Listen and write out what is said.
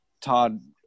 Todd